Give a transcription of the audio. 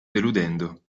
deludendo